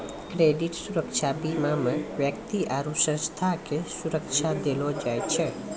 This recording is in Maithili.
क्रेडिट सुरक्षा बीमा मे व्यक्ति आरु संस्था के सुरक्षा देलो जाय छै